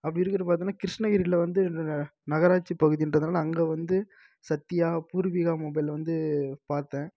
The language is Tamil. அப்படி இருக்கிற பார்த்தேன்னா கிருஷ்ணகிரியில் வந்து நகராட்சி பகுதின்றதுனால் அங்கே வந்து சத்யா பூர்விகா மொபைல் வந்து பார்த்தேன்